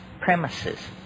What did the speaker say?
premises